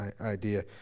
idea